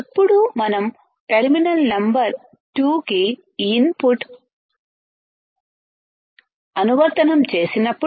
ఎప్పుడు మనం terminal number టూకి ఇన్పుట్ అనువర్తనం చేసినప్పుడు